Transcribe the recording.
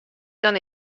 dan